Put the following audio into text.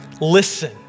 Listen